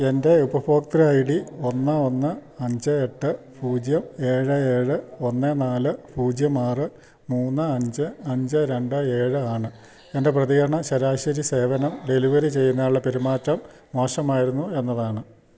എൻറ്റെ ഉപഭോക്തൃ I D ഒന്ന് ഒന്ന് അഞ്ച് എട്ട് പൂജ്യം ഏഴ് ഏഴ് ഒന്ന് നാല് പൂജ്യം ആറ് മൂന്ന് അഞ്ച് അഞ്ച് രണ്ട് ഏഴ് ആണ് എൻറ്റെ പ്രതികരണം ശരാശരി സേവനം ഡെലിവറി ചെയ്യുന്നയാളുടെ പെരുമാറ്റം മോശമായിരുന്നുവെന്നതാണ്